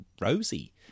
Rosie